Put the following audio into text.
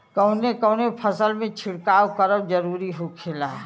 कवने कवने फसल में छिड़काव करब जरूरी होखेला?